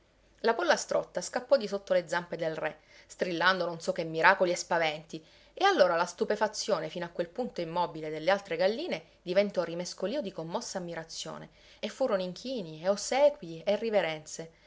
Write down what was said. la pollastrotta scappò di sotto le zampe del re strillando non so che miracoli e spaventi e allora la stupefazione fino a quel punto immobile delle altre galline diventò rimescolio di commossa ammirazione e furono inchini e ossequii e riverenze